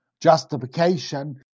justification